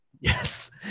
Yes